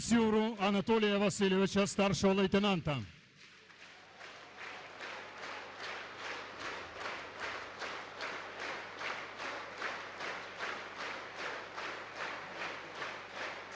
Анатолія Васильовича – старшого лейтенанта